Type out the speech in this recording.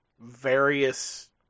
various